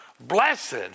blessed